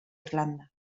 irlanda